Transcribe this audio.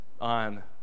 on